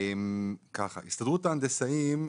הסתדרות ההנדסאים,